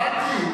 הבנתי.